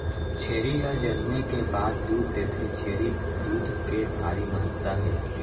छेरी हर जनमे के बाद दूद देथे, छेरी दूद के भारी महत्ता हे